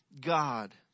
God